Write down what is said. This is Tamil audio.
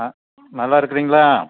நல்லாயிருக்குறீங்களா